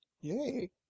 Yay